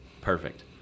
Perfect